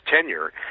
tenure